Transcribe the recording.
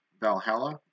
Valhalla